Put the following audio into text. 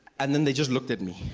and then they just looked at me.